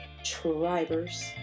tribers